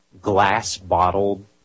glass-bottled